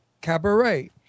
Cabaret